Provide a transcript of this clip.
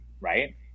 right